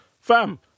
Fam